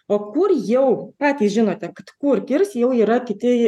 o kur jau patys žinote kad kur kirs jau yra kiti